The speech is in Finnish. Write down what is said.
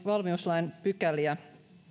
valmiuslain pykäliä